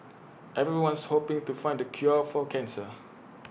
everyone's hoping to find the cure for cancer